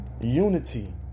unity